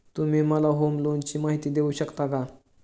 तुम्ही मला होम लोनची माहिती देऊ शकता का?